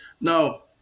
now